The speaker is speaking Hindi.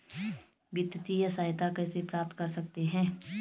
वित्तिय सहायता कैसे प्राप्त कर सकते हैं?